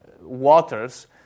waters